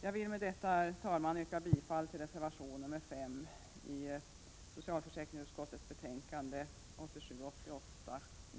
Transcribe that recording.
Jag vill med detta, herr talman, yrka bifall till reservation nr 5 i socialförsäkringsutskottets betänkande 1987/88:2.